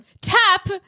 Tap